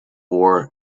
war